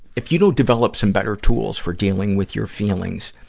if you don't develop some better tools for dealing with your feelings,